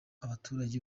abaturage